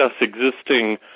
existing